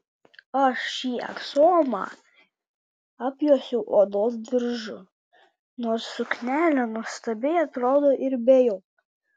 aš šį aksomą apjuosiau odos diržu nors suknelė nuostabiai atrodo ir be jo